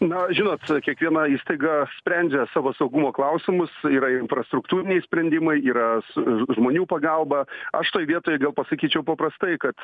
na žinot kiekviena įstaiga sprendžia savo saugumo klausimus yra infrastruktūriniai sprendimai yra s žmonių pagalba aš toj vietoj gal pasakyčiau paprastai kad